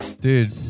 Dude